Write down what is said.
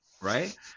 right